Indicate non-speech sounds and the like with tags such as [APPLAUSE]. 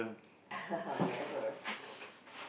[LAUGHS] never